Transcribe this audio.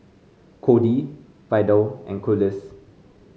Kody Vidal and Collis